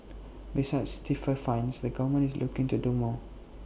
besides stiffer fines the government is looking to do more